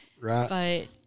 Right